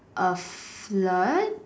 a flirt